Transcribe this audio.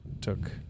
took